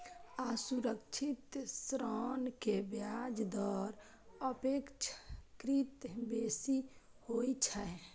असुरक्षित ऋण के ब्याज दर अपेक्षाकृत बेसी होइ छै